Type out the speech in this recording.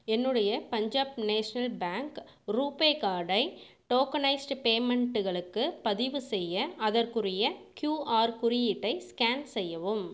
என்னுடைய Punjab national bank RuPay கார்டை tokenised பேமென்ட்டுகளுக்கு பதிவு செய்ய அதற்குரிய க்யூஆர் குறியீட்டை ஸ்கேன் செய்யவும்